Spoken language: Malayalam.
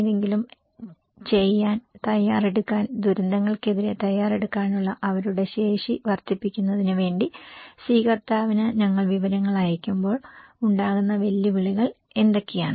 എന്തെങ്കിലും ചെയ്യാൻ തയ്യാറെടുക്കാൻ ദുരന്തങ്ങൾക്കെതിരെ തയ്യാറെടുക്കാനുള്ള അവരുടെ ശേഷി വർദ്ധിപ്പിക്കുന്നതിന് വേണ്ടി സ്വീകർത്താവിന് ഞങ്ങൾ വിവരങ്ങൾ അയയ്ക്കുമ്പോൾ ഉണ്ടാകുന്ന വെല്ലുവിളികൾ എന്തൊക്കെയാണ്